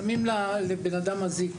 שמים אזיק